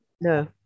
No